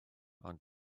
ond